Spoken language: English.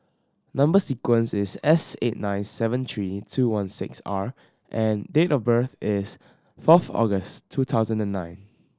number sequence is S eight nine seven three two one six R and date of birth is fourth August two thousand and nine